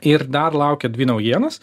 ir dar laukia dvi naujienos